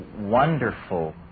wonderful